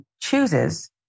chooses